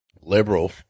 liberal